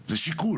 זה שיקול.